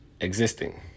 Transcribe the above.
Existing